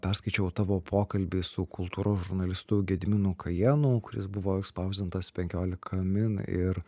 perskaičiau tavo pokalbį su kultūros žurnalistu gediminu kajėnu kuris buvo išspausdintas penkiolika min ir